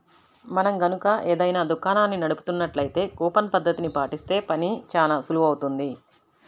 మనం గనక ఏదైనా దుకాణాన్ని నడుపుతున్నట్లయితే కూపన్ పద్ధతిని పాటిస్తే పని చానా సులువవుతుంది